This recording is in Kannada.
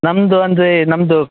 ನಮ್ಮದು ಅಂದರೆ ನಮ್ಮದು